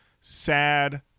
sad